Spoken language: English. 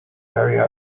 area